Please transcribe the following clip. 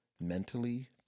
mentally-